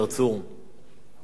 ואחריו, חבר הכנסת אריה אלדד.